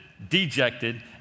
dejected